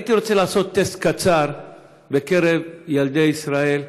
והייתי רוצה לעשות טסט קצר בקרב ילדי ישראל: